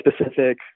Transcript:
specific